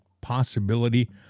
possibility